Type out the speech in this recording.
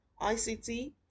ICT